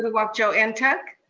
uduak-joe and ntuk.